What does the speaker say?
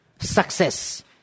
success